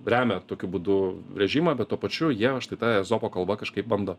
remia tokiu būdu režimą bet tuo pačiu jie štai ta ezopo kalba kažkaip bando